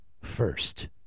First